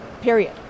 period